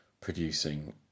producing